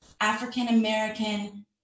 African-American